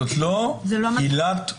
זאת לא עילת החקיקה,